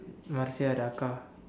Marsia Darka